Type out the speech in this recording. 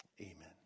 amen